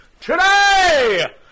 today